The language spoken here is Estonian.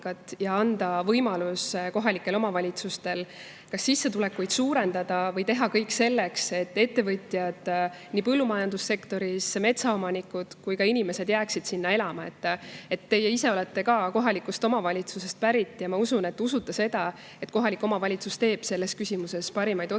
ja anda võimalus kohalikel omavalitsustel kas sissetulekuid suurendada või teha kõik selleks, et nii ettevõtjad põllumajandussektoris, metsaomanikud kui ka muud inimesed jääksid sinna elama. Teie ise olete ka kohaliku omavalitsuse [taustaga] ja ma arvan, et te usute seda, et kohalik omavalitsus teeb selles küsimuses parimad otsused,